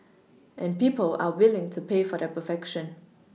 and people are willing to pay for that perfection